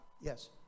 Yes